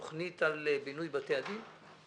תוכנית על בינוי בתי הדין?